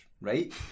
right